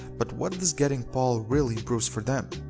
but what does getting paul really improves for them.